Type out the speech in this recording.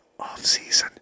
offseason